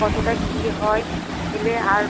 কতটা কী হয় এলে আর